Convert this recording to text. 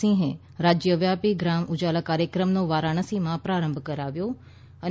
સિંહે રાજ્યવ્યાપિ ગ્રામ ઉજાલા કાર્યક્રમનો વારાણસીમાં પ્રારંભ કરાવ્યો છે